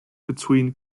between